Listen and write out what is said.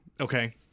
Okay